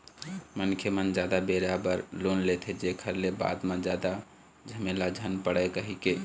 मनखे मन जादा बेरा बर लोन लेथे, जेखर ले बाद म जादा झमेला झन पड़य कहिके